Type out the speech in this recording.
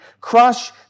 crush